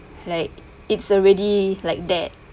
like it's already like that